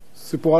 סיפורה של רות.